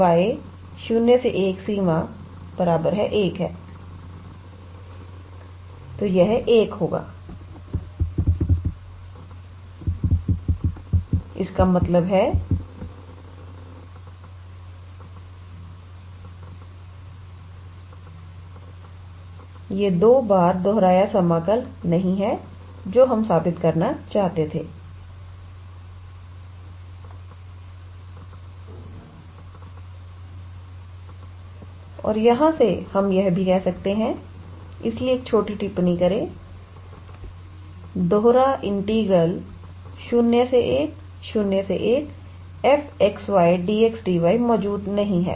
इसका मतलब है 01 𝑑y01 𝑓𝑥 𝑦𝑑x ≠01𝑑x01𝑓𝑥 𝑦𝑑y तो इसका मतलब है कि ये दो बार दोहराया समाकल नहीं हैं जो हम साबित करना चाहते थे और यहां से हम यह भी कह सकते हैं इसलिए एक छोटी टिप्पणी करें दोहरा इंटीग्रल 0101 𝑓𝑥 𝑦𝑑𝑥𝑑𝑦 मौजूद नहीं है